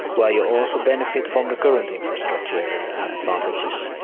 where you also benefit from the current infrastructure advantages.